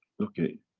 okay.